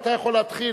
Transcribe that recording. אתה יכול להתחיל.